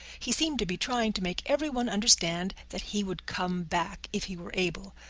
he seemed to be trying to make everyone understand that he would come back if he were able,